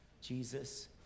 Jesus